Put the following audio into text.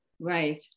Right